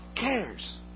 cares